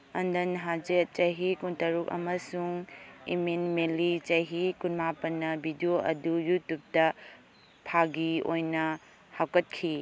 ꯑꯟꯗꯟ ꯍꯥꯖꯦꯠ ꯆꯍꯤ ꯀꯨꯟꯇꯔꯨꯛ ꯑꯃꯁꯨꯡ ꯏꯃꯤꯟ ꯃꯤꯂꯤ ꯆꯍꯤ ꯀꯨꯟꯃꯥꯄꯟꯅ ꯕꯤꯗꯤꯑꯣ ꯑꯗꯨ ꯌꯨꯇꯨꯞꯇ ꯐꯥꯒꯤ ꯑꯣꯏꯅ ꯍꯥꯞꯀꯠꯈꯤ